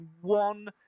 one